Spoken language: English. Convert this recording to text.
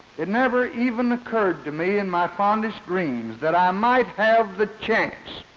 it never even occurred to me in my fondest dreams that i might have the chance